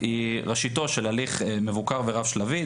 היא ראשיתו של הליך מבוקר ורב שלבי.